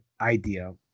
idea